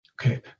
Okay